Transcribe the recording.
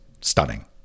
stunning